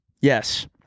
Yes